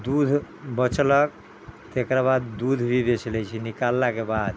दूध बेचलक तकराबाद दूध भी बेचि लै छै निकाललाके बाद